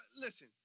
listen